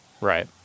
Right